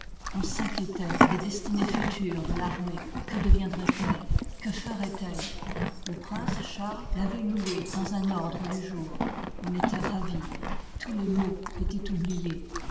on s'inquiétoit des destinées futures de tarmée que deviendroit elle que feroit elle ï part le prince charles favoit louée dans un liv l ordre du jour on étoit ravi tous les maux étoient oubliés